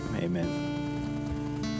amen